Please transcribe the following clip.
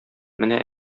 менә